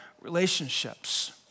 relationships